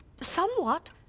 Somewhat